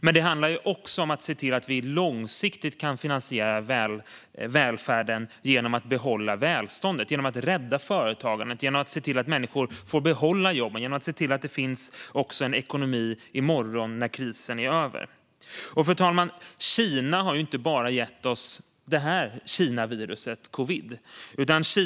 Men det handlar också om att se till att vi långsiktigt kan finansiera välfärden genom att behålla välståndet, genom att rädda företagandet, genom att se till att människor får behålla jobbet, genom att se till att det finns en ekonomi också i morgon när krisen är över. Fru talman! Kina har inte bara gett oss det här Kinaviruset, covid-19.